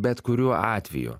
bet kuriuo atveju